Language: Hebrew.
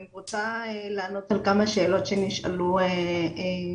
אני רוצה לענות על כמה שאלות שנשאלו קודם.